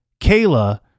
Kayla